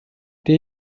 der